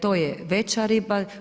To je veća riba.